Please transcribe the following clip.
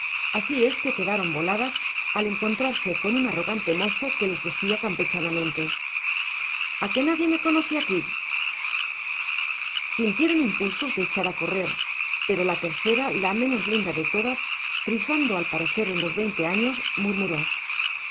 así es que se quedaron voladas al encontrarse con un arrogante mozo que les decía campechanamente a que nadie me conoce aquí sintieron impulsos de echar a correr pero la tercera la menos linda de todas frisando al parecer en los veinte años murmuró